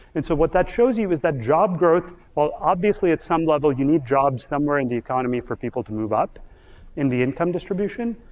and so what that shows you is that job growth, well obviously at some level you need jobs somewhere in the economy for people to move up in the income distribution.